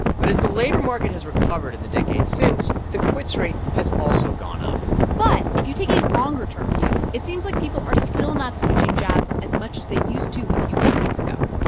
but as the labor market has recovered in the decades since, the quits rate has also gone up but if you take a longer term view, it seems like people are still not switching jobs as much as they used to a few decades ago.